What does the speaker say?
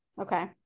Okay